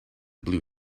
blue